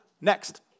Next